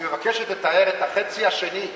אני מבקש שתתאר את החצי השני,